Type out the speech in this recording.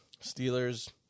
Steelers